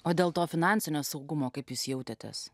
o dėl to finansinio saugumo kaip jūs jautėtės